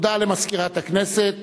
הודעה למזכירת הכנסת.